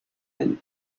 and